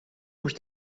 moest